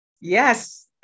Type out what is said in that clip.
Yes